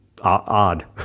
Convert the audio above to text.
odd